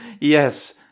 yes